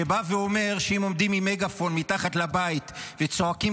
שאומרת שאם עומדים עם מגאפון מתחת לבית וצועקים